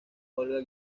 olga